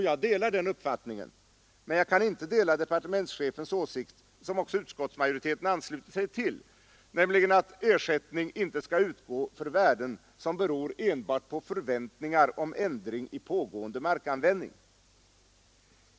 Jag delar den uppfattningen, men jag kan inte dela departementschefens åsikt, som också utskottsmajoriteten har anslutit sig till, nämligen att ersättning inte skall utgå för värden som beror enbart på förväntningar om ändring i pågående markanvändning.